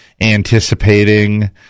anticipating